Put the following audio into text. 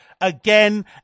again